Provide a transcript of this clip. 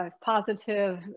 positive